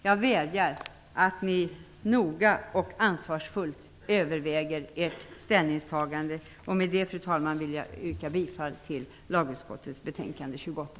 Jag vädjar att ni noga och ansvarsfullt överväger ert ställningstagande. Fru talman! Med det anförda vill jag yrka bifall till hemställan i lagutskottets betänkande nr 28.